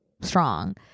strong